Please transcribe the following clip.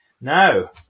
Now